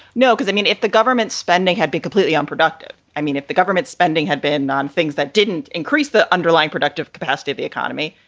no, because, i mean, if the government spending had been completely unproductive, i mean, if the government spending had been on things that didn't increase the underlying productive capacity of the economy,